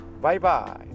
Bye-bye